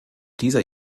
dieser